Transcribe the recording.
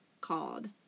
called